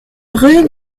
rue